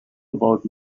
about